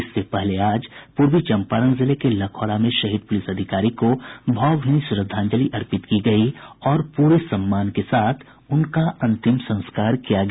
इससे पहले आज पूर्वी चंपारण जिले के लखौरा में शहीद पुलिस अधिकारी को भावभीनी श्रद्धांजलि अर्पित की गयी और पूरे सम्मान के साथ उनका अंतिम संस्कार किया गया